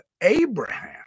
Abraham